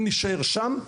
אם נישאר שם,